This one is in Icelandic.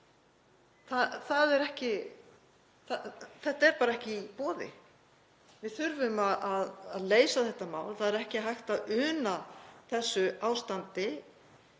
Þetta er bara ekki í boði. Við þurfum að leysa þetta mál. Það er ekki hægt að una þessu ástandi